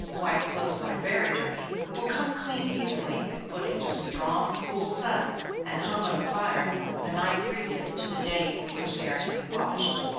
white clothes that are very dirty, will come clean easily if put into strong, cool suds and hung on the fire the night previous to the day in which they are to be washed.